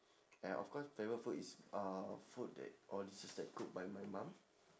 and of course favourite food is uh food that all these is that cook by my mum